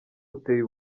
uteye